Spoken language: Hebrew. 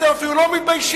אתם אפילו לא מתביישים.